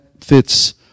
fits